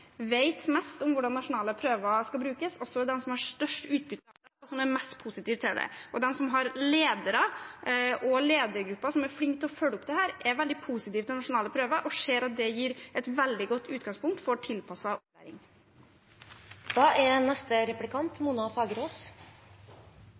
vet mest om hvordan nasjonale prøver skal brukes, også er de som har størst utbytte og er mest positive til dem. Og de som har ledere og ledergrupper som er flinke til å følge opp dette, er veldig positive til nasjonale prøver og ser at det gir et veldig godt utgangspunkt for tilpasset opplæring. Jeg er